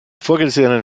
vorgesehenen